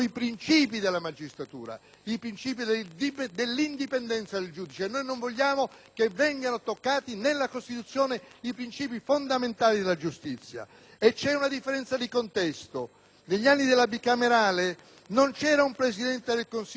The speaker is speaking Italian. che vengano toccati nella Costituzione i princìpi fondamentali della giustizia. Vi è poi una differenza di contesto: negli anni della Bicamerale non c'era un Presidente del Consiglio che tutti i giorni affermava di non volersi sedere al tavolo con l'opposizione,